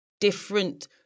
different